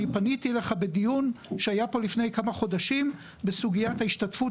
אני פניתי אליך בדיון שהיה פה לפני כמה חודשים בסוגיית ההשתתפות